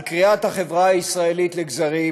על קריעת החברה הישראלית לגזרים